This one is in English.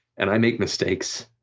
and i make mistakes,